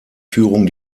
führung